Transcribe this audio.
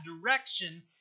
direction